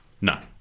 No